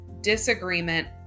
disagreement